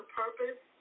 purpose